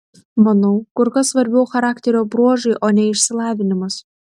manau kur kas svarbiau charakterio bruožai o ne išsilavinimas